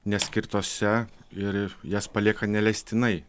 neskirtose ir jas palieka neleistinai